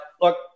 look